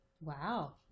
Wow